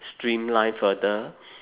streamline further